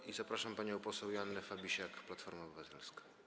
I zapraszam panią poseł Joannę Fabisiak, Platforma Obywatelska.